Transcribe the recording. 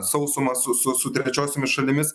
sausuma su su su trečiosiomis šalimis